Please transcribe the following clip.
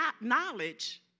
knowledge